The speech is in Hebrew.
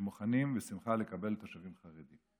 שמוכנים בשמחה לקבל תושבים חרדים.